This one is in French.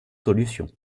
solution